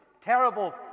terrible